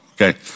okay